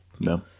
No